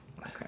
Okay